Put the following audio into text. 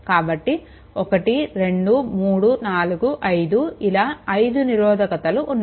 కాబట్టి 1 2 3 4 5 ఇలా 5 నిరోధకతలు ఉన్నాయి